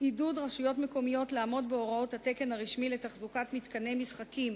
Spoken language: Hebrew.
עידוד רשויות מקומיות לעמוד בהוראות התקן הרשמי לתחזוקת מתקני משחקים